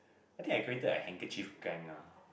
I think I created a handkerchief gang ah